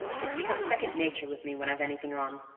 it's become second nature with me when i've anything on.